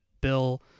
Bill